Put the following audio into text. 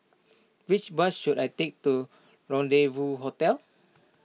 which bus should I take to Rendezvous Hotel